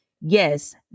Yes